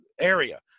area